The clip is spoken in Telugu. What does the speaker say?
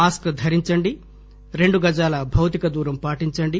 మాస్క్ ధరించండి రెండు గజాల భౌతిక దూరం పాటించండి